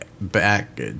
back